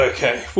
Okay